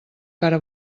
cara